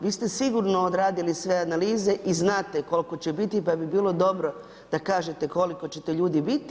Vi ste sigurno odradili sve analize i znate koliko će biti, pa bi bilo dobro da kažete koliko ćete ljudi biti.